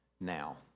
Now